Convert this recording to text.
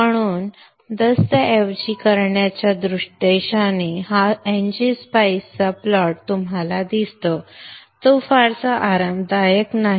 म्हणून दस्तऐवजीकरणाच्या उद्देशाने हा एनजी स्पाईस चा प्लॉट तुम्हाला दिसतो तो फारसा आरामदायक नाही